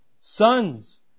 sons